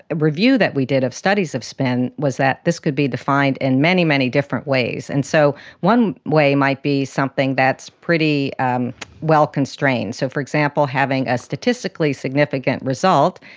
review that we did of studies of spin was that this could be defined in many, many different ways. and so one way might be something that's pretty well constrained. so, for example, having a statistically significant result,